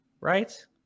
Right